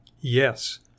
Yes